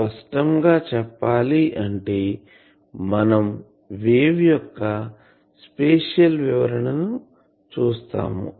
స్పష్టం గా చెప్పాలంటే మనం వేవ్ యొక్క స్పేషియల్ వివరణను చూస్తాము